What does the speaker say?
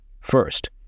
First